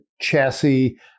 chassis